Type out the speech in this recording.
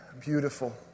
beautiful